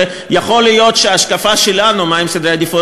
ויכול להיות שההשקפה שלנו לגבי מה הם סדרי העדיפויות